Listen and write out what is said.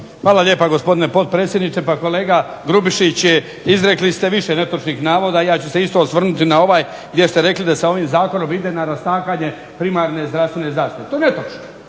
Hvala lijepa gospodine potpredsjedniče. Pa kolega Grubišić, izrekli ste više netočnih navoda. Ja ću se isto osvrnuti na ovaj gdje ste rekli da se ovim zakonom ide na rastakanje primarne zdravstvene zaštite. To je netočno.